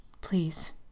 Please